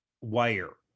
wire